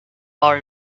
are